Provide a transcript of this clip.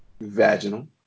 vaginal